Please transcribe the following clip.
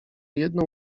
jedną